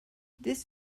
this